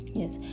yes